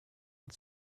but